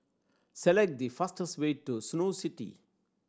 select the fastest way to Snow City